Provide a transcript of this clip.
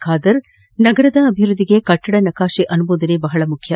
ಖಾದರ್ ನಗರದ ಅಭಿವೃದ್ದಿಗೆ ಕಟ್ಟದ ನಕ್ಷೆ ಅನುಮೋದನೆ ಬಹಳ ಮುಖ್ಯ